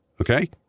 Okay